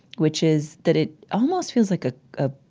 which is that it almost feels like a ah